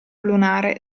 lunare